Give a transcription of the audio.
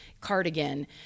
Cardigan